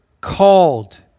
called